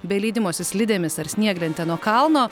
be leidimosi slidėmis ar snieglente nuo kalno